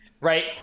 right